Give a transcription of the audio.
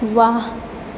वाह